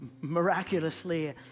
miraculously